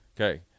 Okay